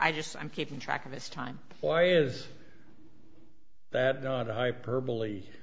i just i'm keeping track of this time why is that not hyperbole